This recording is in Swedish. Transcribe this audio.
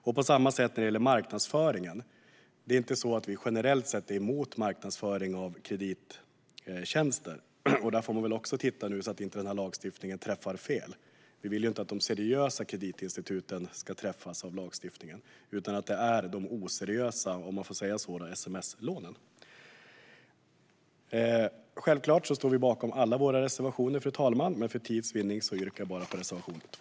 Samma sak är det när det gäller marknadsföringen. Vi är inte generellt sett emot marknadsföring av kredittjänster - och där får man väl också ta en titt så att lagstiftningen inte träffar fel - och vill inte att de seriösa kreditinstituten ska träffas av lagstiftningen utan att det är de oseriösa, om man får säga så, sms-lånen som ska träffas. Självklart står vi bakom alla våra reservationer, fru talman, men för tids vinnande yrkar jag bifall bara till reservation 2.